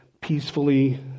peacefully